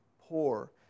poor